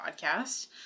podcast